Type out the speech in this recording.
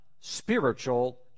spiritual